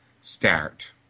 start